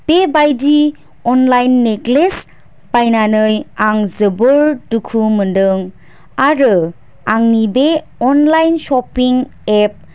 बेबायदि online necklace बायनानै आं जोबोर दुखु मोनदों आरो आंनि बे अनलाइन शपिं एप